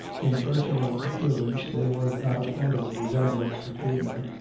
in personal appearance there was not a point of resemblance between them,